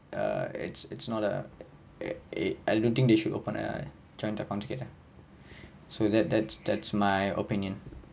err it's it's not a eh eh I don't think they should open a joint account together so that that that's my opinion